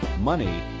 money